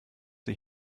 sie